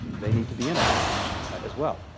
they need to be in it as well.